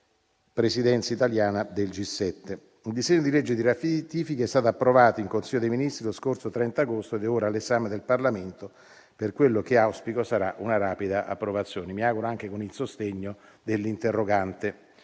Presidenza italiana del G7. Il disegno di legge di ratifica è stato approvato in Consiglio dei ministri lo scorso 30 agosto ed è ora all'esame del Parlamento per quella che auspico sarà una rapida approvazione, e mi auguro anche con il sostegno dell'interrogante.